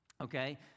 okay